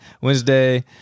Wednesday